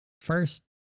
first